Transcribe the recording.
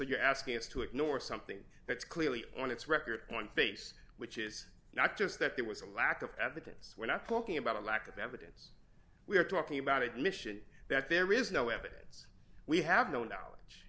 you're asking us to ignore something that's clearly on its record one face which is not just that there was a lack of evidence we're not talking about a lack of evidence we're talking about admission that there is no evidence we have no knowledge